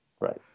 Right